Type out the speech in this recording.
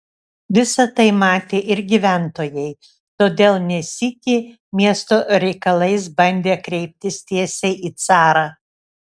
visa tai matė ir gyventojai todėl ne sykį miesto reikalais bandė kreiptis tiesiai į carą